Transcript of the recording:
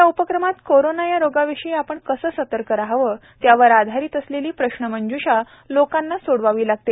या उपक्रमात कोरोना या रोगाविषयी आपण कसे सतर्क रहावे त्यावर आधारित असलेली प्रश्नमंज्षा लोकांना सोडवावी लागते